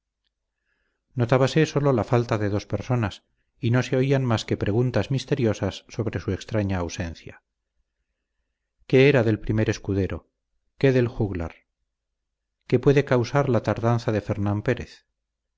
su señor notábase sólo la falta de dos personas y no se oían más que preguntas misteriosas sobre su extraña ausencia qué era del primer escudero qué del juglar qué puede causar la tardanza de fernán pérez